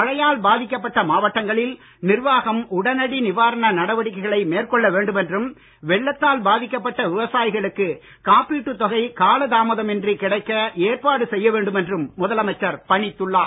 மழையால் பாதிக்கப்பட்ட மாவட்டங்களில் நிர்வாகம் உடனடி நிவாரண நடவடிக்கைகளை மேற்கொள்ள வேண்டும் என்றும் வெள்ளத்தால் பாதிக்கப்பட்ட விவசாயிகளுக்கு காப்பீட்டுத் தொகை காலதாமதம் இன்றி கிடைக்க ஏற்பாடு செய்யவேண்டும் என்றும் முதலமைச்சர் பணித்துள்ளார்